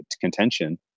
contention